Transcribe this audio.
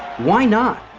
why not?